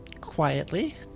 quietly